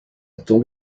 tombe